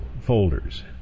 folders